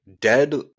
dead